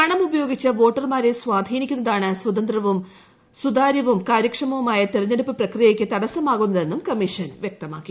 പണം ഉപയോഗിച്ച് വോട്ടർമാരെ സ്വാധീനിക്കുന്നതാണ് സ്വതന്ത്രവും സുതാര്യവും കാര്യക്ഷമവുമായ തെരഞ്ഞെടുപ്പ് പ്രക്രിയയ്ക്ക് തടസമാകുന്നതെന്നും കമ്മിഷൻ ്വൃക്തമാക്കി